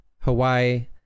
Hawaii